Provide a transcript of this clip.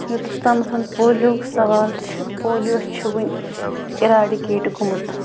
یوٚتَس تامَتھ پولیووُک سوال چھِ پولیو چھُ وۄنۍ اِریڈِکیٹ گوٚمُت